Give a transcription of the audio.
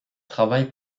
travaille